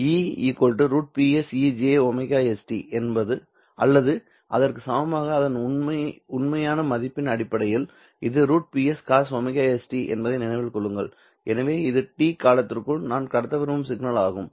E¿ √Ps ej ωst அல்லது அதற்கு சமமாக அதன் உண்மையான மதிப்பின் அடிப்படையில் இது√Pscosωs t என்பதை நினைவில் கொள்ளுங்கள் எனவே இது T காலத்திற்குள் நான் கடத்த விரும்பும் சிக்னல் ஆகும்